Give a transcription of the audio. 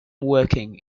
working